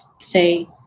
say